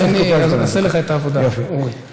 תסמוך עליי שאני אעשה לך את העבודה, אורי.